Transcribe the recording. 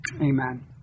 Amen